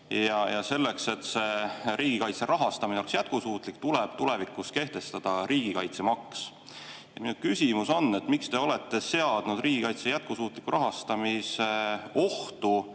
ja selleks, et riigikaitse rahastamine oleks jätkusuutlik, tuleb tulevikus kehtestada riigikaitsemaks. Minu küsimus on, miks te olete seadnud riigikaitse jätkusuutliku rahastamise ohtu,